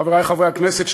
חברי חברי הכנסת,